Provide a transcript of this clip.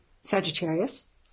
Sagittarius